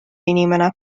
inimene